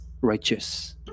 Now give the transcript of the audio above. righteous